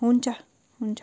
हुन्छ हुन्छ